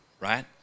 Right